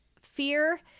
fear